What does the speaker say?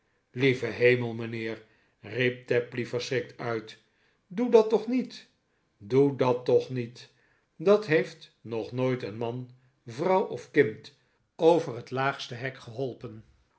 lieve hemel mijnheer riep tapley verschrikt uit doe dat toch niet doe dat toch niet dat heeft nog nooit een man vrouw of kind over het laagste hek geholpen